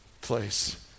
place